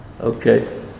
Okay